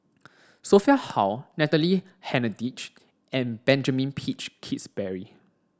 Sophia Hull Natalie Hennedige and Benjamin Peach Keasberry